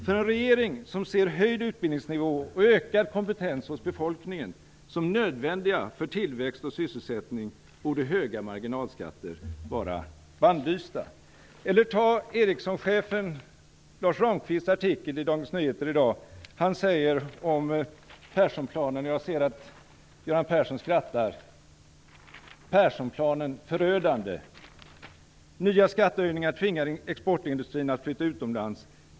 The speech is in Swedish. För en regering som ser höjd utbildningsnivå och ökad kompetens hos befolkningen som nödvändiga för tillväxt och sysselsättning borde höga marginalskatter vara bannlysta. Ericssonchefen Lars Ramqvist säger i en artikel i Dagens Nyheter i dag om Perssonplanen - jag ser att Göran Persson skrattar - "Perssonplanen förödande". Nya skattehöjningar tvingar exportindustrin att flytta utomlands.